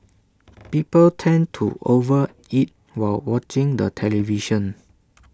people tend to over eat while watching the television